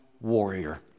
warrior